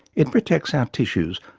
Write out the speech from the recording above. it protects our tissues,